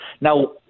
Now